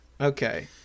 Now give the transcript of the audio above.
okay